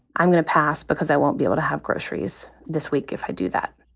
i'm gonna pass because i won't be able to have groceries this week if i do that.